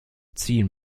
ziehen